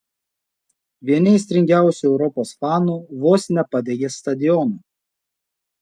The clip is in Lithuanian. vieni aistringiausių europos fanų vos nepadegė stadiono